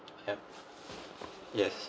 have yes